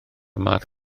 math